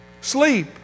Sleep